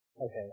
Okay